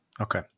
Okay